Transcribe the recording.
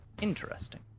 Interesting